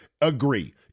agree